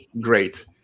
great